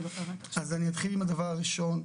אתחיל עם הדבר הראשון.